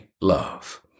love